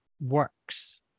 works